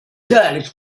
college